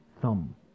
thumb